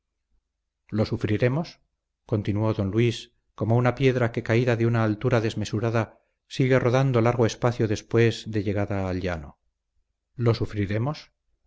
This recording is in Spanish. lo sufriremos continuó don luis como una piedra que caída de una altura desmesurada sigue rodando largo espacio después de llegada al llano lo sufriremos